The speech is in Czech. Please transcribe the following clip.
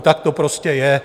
Tak to prostě je.